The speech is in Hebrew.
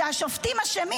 שהשופטים אשמים,